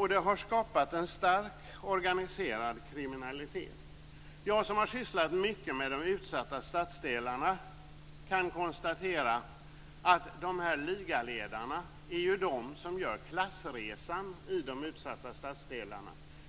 och det har skapat en stark, organiserad kriminalitet. Jag har sysslat mycket med de utsatta stadsdelarna, och jag kan konstatera att det är ligaledarna som gör klassresan i dessa stadsdelar.